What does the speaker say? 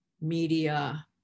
media